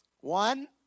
One